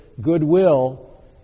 goodwill